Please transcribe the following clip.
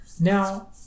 Now